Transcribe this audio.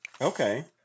okay